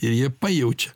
ir jie pajaučia